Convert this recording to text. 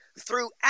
throughout